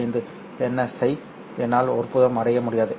75 என்எஸ்ஸை என்னால் ஒருபோதும் அடைய முடியாது